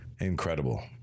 incredible